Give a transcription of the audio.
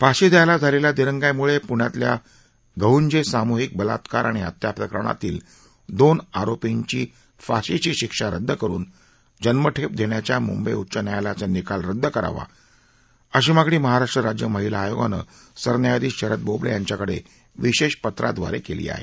फाशी द्यायला झालेल्या दिरंगाईमुळे पुण्यातील गहुंजे सामूहिक बलात्कार आणि हत्या प्रकरणातील दोन आरोपींची फाशीची शिक्षा रद्द करून जन्मठेप देण्याच्या मुंबई उच्च न्यायालयाचा निकाल रद्द करावा अशी मागणी महाराष्ट्र राज्य महिला आयोगानं सरन्यायाधीश शरद बोबडे यांच्याकडे विशेष पत्राद्वारे केली आहे